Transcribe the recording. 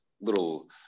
little